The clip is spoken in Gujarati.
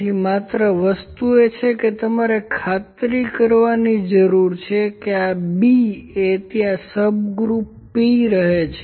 તેથી માત્ર વસ્તુ એ છે કે મારે ખાતરી કરવાની જરૂર છે કે આ B એ ત્યાં સબગ્રુપ P રહે છે